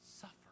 suffer